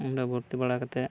ᱚᱸᱰᱮ ᱵᱷᱚᱨᱛᱤ ᱵᱟᱲᱟ ᱠᱟᱛᱮᱫ